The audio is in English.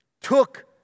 took